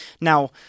Now